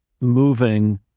moving